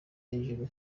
hejuru